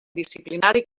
disciplinari